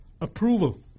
approval